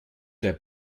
der